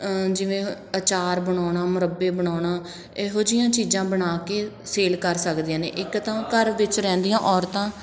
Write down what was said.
ਜਿਵੇਂ ਅਚਾਰ ਬਣਾਉਣਾ ਮੁਰੱਬੇ ਬਣਾਉਣਾ ਇਹੋ ਜਿਹੀਆਂ ਚੀਜ਼ਾਂ ਬਣਾ ਕੇ ਸੇਲ ਕਰ ਸਕਦੀਆਂ ਨੇ ਇੱਕ ਤਾਂ ਘਰ ਵਿੱਚ ਰਹਿੰਦੀਆਂ ਔਰਤਾਂ